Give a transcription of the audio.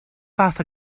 fath